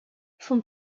font